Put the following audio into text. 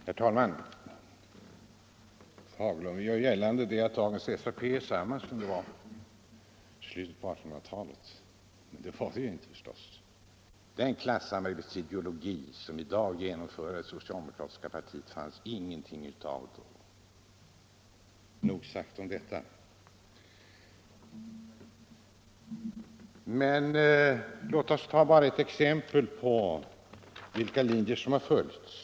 Herr talman! Herr Fagerlund gör gällande att SAP är detsamma i dag som det var i slutet på 1800-talet. Så är det naturligtvis inte. Den klasssamhällesideologi som i dag genomförs av det socialdemokratiska partiet fanns det ingenting av då. Låt oss ta ett exempel på vilka linjer som har följts.